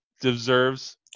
deserves